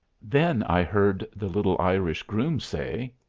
then i heard the little irish groom say,